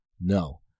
No